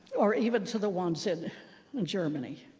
or even to the ones in in germany.